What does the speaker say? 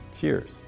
Cheers